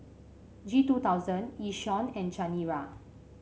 G two thousand Yishion and Chanira